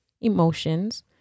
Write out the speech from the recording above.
emotions